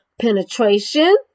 penetration